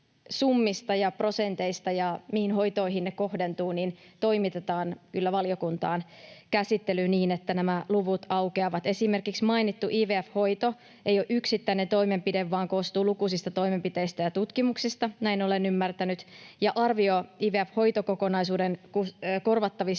korvaussummista ja -prosenteista ja siitä, mihin hoitoihin ne kohdentuvat, toimitetaan kyllä valiokuntaan käsittelyyn niin, että nämä luvut aukeavat. Esimerkiksi mainittu IVF-hoito ei ole yksittäinen toimenpide vaan koostuu lukuisista toimenpiteistä ja tutkimuksista, näin olen ymmärtänyt. Arvio IVF-hoitokokonaisuuden korvattavista